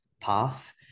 path